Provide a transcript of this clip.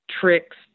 tricks